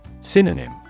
Synonym